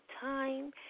time